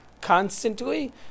constantly